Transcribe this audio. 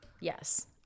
Yes